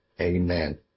Amen